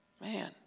Man